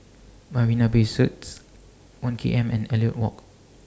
Marina Bay Suites one K M and Elliot Walk